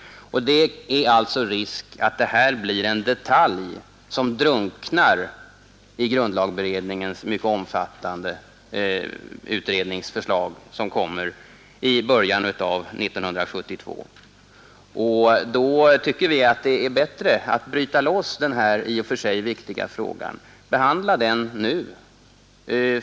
Det är alltså risk för att det här blir en detalj som drunknar i grundlagberedningens mycket omfattande utredningsförslag, som kommer i början av 1972. Därför tycker vi att det är bättre att bryta loss den här i och för sig viktiga frågan och behandla den nu.